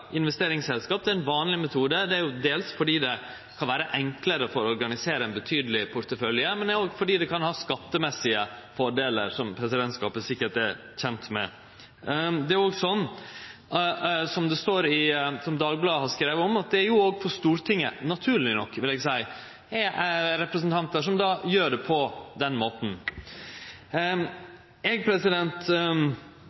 investeringsselskap. Det er ein vanleg metode, dels fordi det kan gjere det enklare å organisere ein betydeleg portefølje, men òg fordi det kan ha skattemessige fordelar, som presidentskapet sikkert er kjent med. Det er òg slik som Dagbladet har skrive om, at det òg på Stortinget – naturleg nok, vil eg seie – er representantar som gjer det på den måten.